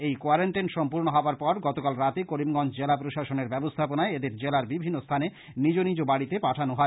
এই কোয়ারেন্টাইন সম্পূর্ণ হবার পর গতকাল রাতে করিমগঞ্জ জেলা প্রশাসনের ব্যাবস্থাপনায় এদের জেলার বিভিন্ন স্থানে নিজ নিজ বাড়ীতে পাঠানো হয়